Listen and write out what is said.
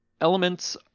elements